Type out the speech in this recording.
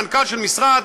מנכ"ל של משרד,